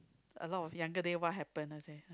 a lot of younger day what happen ah I say